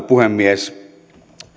puhemies